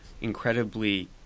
incredibly